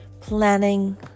Planning